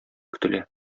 көтелә